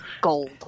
gold